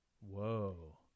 Whoa